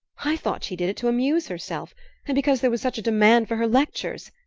i thought she did it to amuse herself and because there was such a demand for her lectures.